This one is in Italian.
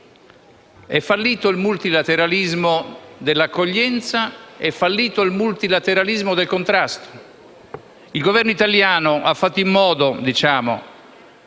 È fallito il multilateralismo dell'accoglienza ed è fallito il multilateralismo del contrasto. Il Governo italiano ha fatto in modo che